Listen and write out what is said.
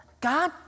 God